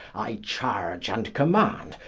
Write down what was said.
i charge and command,